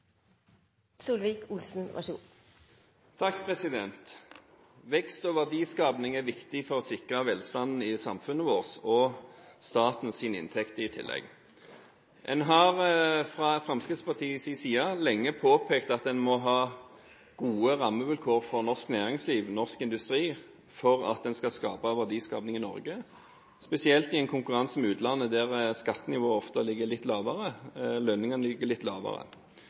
viktig for å sikre velstanden i samfunnet vårt – og i tillegg for statens inntekter. En har fra Fremskrittspartiets side lenge påpekt at en må ha gode rammevilkår for norsk næringsliv og norsk industri for å skape verdier i Norge – spesielt i konkurranse med utlandet, der skattenivået og lønningene ofte ligger litt lavere.